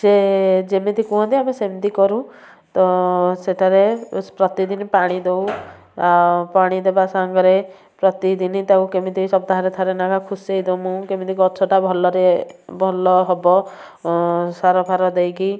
ସେ ଯେମିତି କୁହନ୍ତି ଆମେ ସେମିତି କରୁ ତ ସେଠାରେ ପ୍ରତିଦିନି ପାଣି ଦଉ ଆଉ ପାଣି ଦେବା ସାଙ୍ଗରେ ପ୍ରତିଦିନି ତାକୁ କେମିତି ସପ୍ତାହରେ ଥରେ ନେଖା ଖୁସେଇ ଦମୁ କେମିତି ଗଛଟା ଭଲରେ ଭଲ ହବ ସାର ଫାର ଦେଇକି